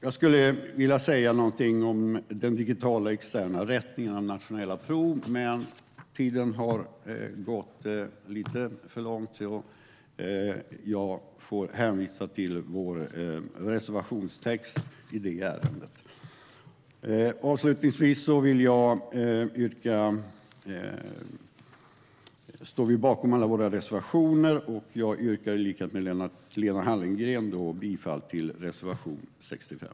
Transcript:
Jag skulle vilja säga någonting om den digitala externa rättningen av nationella prov, men talartiden har gått lite för långt. Jag får hänvisa till vår reservationstext i det ärendet. Avslutningsvis vill jag säga: Vi står bakom alla våra reservationer, och jag yrkar i likhet med Lena Hallengren bifall till reservation 65.